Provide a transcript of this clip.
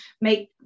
make